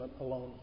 alone